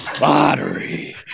Lottery